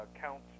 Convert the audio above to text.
counts